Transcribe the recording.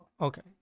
Okay